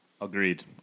Agreed